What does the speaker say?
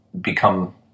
become